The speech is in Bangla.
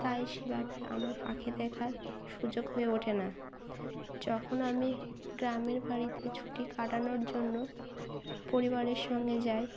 তাই সেভাবে আমার পাখি দেখার সুযোগ হয়ে ওঠে না যখন আমি গ্রামের বাড়িতে ছুটি কাটানোর জন্য পরিবারের সঙ্গে যাই